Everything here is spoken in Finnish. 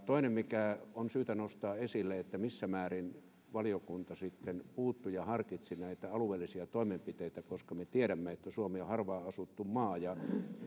toinen mikä on syytä nostaa esille on se missä määrin valiokunta sitten puuttui ja harkitsi näitä alueellisia toimenpiteitä nimittäin me tiedämme että suomi on harvaan asuttu maa ja kun tarkastellaan